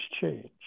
change